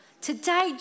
Today